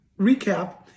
recap